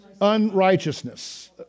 unrighteousness